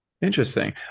interesting